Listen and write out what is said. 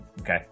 Okay